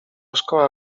szkoła